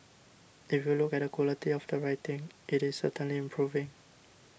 if you look at the quality of the writing it is certainly improving